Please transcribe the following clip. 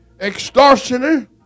extortioner